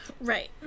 Right